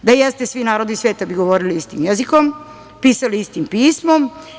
Da jeste, svi narodi sveta bi govorili istim jezikom, pisali istim pismom.